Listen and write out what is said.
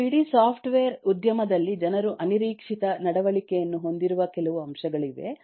ಮತ್ತು ಇಡೀ ಸಾಫ್ಟ್ವೇರ್ ಉದ್ಯಮದಲ್ಲಿ ಜನರು ಅನಿರೀಕ್ಷಿತ ನಡವಳಿಕೆಯನ್ನು ಹೊಂದಿರುವ ಕೆಲವು ಅಂಶಗಳಗಿವೆ